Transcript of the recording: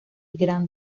grand